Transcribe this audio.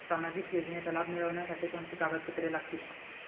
सामाजिक योजनेचा लाभ मिळण्यासाठी कोणती कागदपत्रे लागतील?